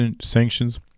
sanctions